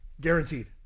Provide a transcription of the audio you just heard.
Guaranteed